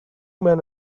men